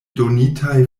donitaj